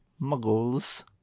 muggles